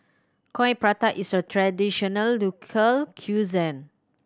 Coin Prata is a traditional local cuisine